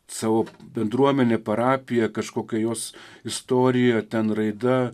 savo bendruomenė parapija kažkokia jos istorija ten raida